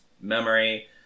memory